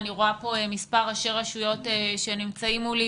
אני רואה כאן מספר ראשי רשויות שנמצאים מולי